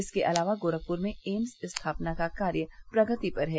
इसके अलावा गोरखपुर में एम्स स्थापना का कार्य प्रगति पर है